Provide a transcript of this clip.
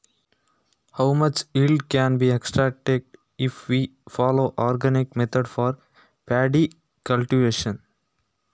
ಭತ್ತದ ಬೆಳೆಗೆ ಸಾವಯವ ವಿಧಾನವನ್ನು ನಾವು ಅನುಸರಿಸಿದರೆ ಎಷ್ಟು ಇಳುವರಿಯನ್ನು ತೆಗೆಯಬಹುದು?